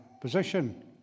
position